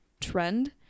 trend